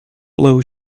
blow